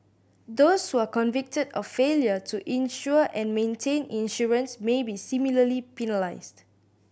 those who are convicted of failure to insure and maintain insurance may be similarly penalised